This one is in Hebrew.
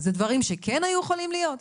אלה דברים שכן היו יכולים להיות?